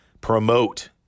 promote